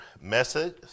message